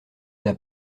n’a